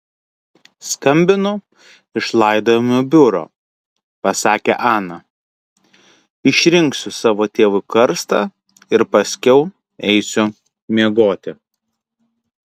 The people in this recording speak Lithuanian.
skambinu iš laidojimo biuro pasakė ana išrinksiu savo tėvui karstą ir paskiau eisiu miegoti